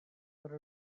per